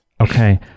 Okay